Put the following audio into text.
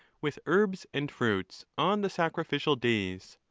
with herbs and fruits, on the sacrificial days.